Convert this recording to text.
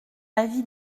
avis